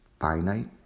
finite